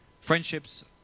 friendships